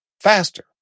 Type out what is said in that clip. faster